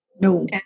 No